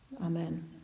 Amen